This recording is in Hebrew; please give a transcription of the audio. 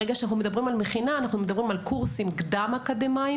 ברגע שאנחנו מדברים על מכינה אנחנו מדברים על קורסים קדם אקדמאיים